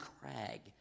crag